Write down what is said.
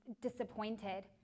disappointed